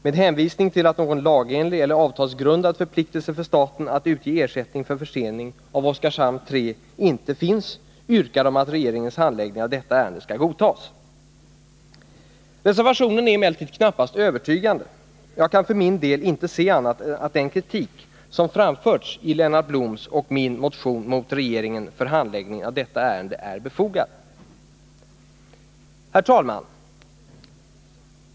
Med hänvisning till att någon lagenlig eller avtalsgrundad förpliktelse för staten att utge ersättning för förseningen av Oskarshamn 3 inte finns yrkar de att regeringens handläggning av detta ärende skall godtas. Reservationen är emellertid knappast övertygande. Jag kan för min del inte se annat än att den kritik som framförs i Lennart Bloms och min motion mot regeringen för handläggningen av detta ärende är befogad. Herr talman!